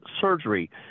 surgery